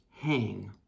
hang